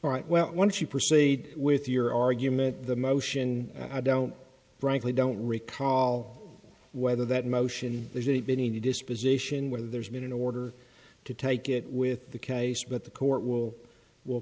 right well once you proceed with your argument the motion i don't frankly don't recall whether that motion there's any been any disposition whether there's been an order to take it with the case but the court will will